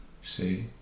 See